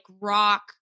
rock